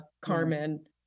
Carmen